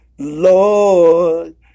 lord